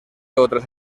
otras